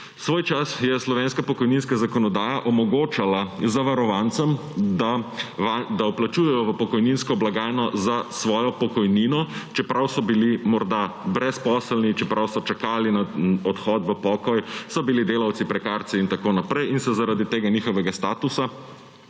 Svoj čas je slovenska pokojninska zakonodaja omogočala zavarovancem, da vplačujejo v pokojninsko blagajno za svojo pokojnino, čeprav so bili morda brezposelni, čeprav so čakali na odhod v pokoj, so bili delavci prekarci in tako naprej, se zaradi tega njihovega statusa